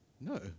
No